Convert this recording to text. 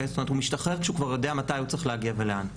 הוא משתחרר כאשר הוא יודע מתי הוא צריך להגיע ולאן.